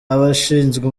abashinzwe